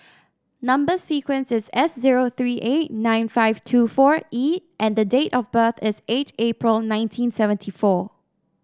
number sequence is S zero three eight nine five two four E and date of birth is eight April nineteen seventy four